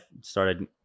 started